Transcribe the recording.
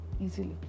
easily